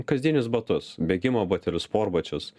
kasdienius batus bėgimo batelius sportbačius